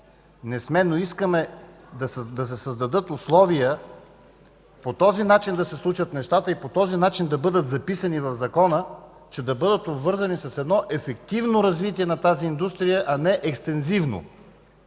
не сме, но искаме да се създадат условия по този начин да се случат нещата и по този начин да бъдат записани в Закона, за да бъдат обвързани с едно ефективно развитие на тази индустрия, а не екстензивно.